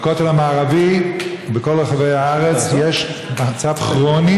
בכותל המערבי ובכל רחבי הארץ יש מצב כרוני